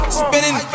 spinning